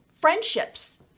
friendships